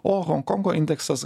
o honkongo indeksas